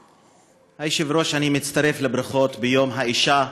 היושב-ראש, אני מצטרף לברכות ביום האישה.